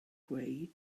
gweu